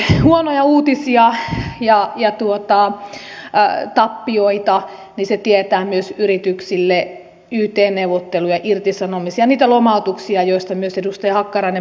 elikkä kun tulee huonoja uutisia ja tappioita niin se myös tietää yrityksille yt neuvotteluja irtisanomisia niitä lomautuksia joista myös edustaja hakkarainen puhui